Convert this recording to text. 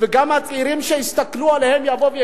וגם הצעירים שיסתכלו עליהם יבואו ויגידו: